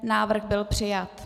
Návrh byl přijat.